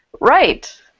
Right